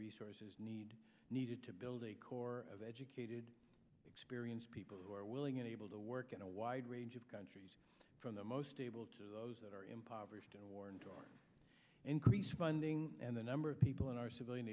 resources needed needed to build a core of educated experienced people who are willing and able to work in a wide range of countries from the most able to those that are impoverished or increased funding and the number of people in our civilian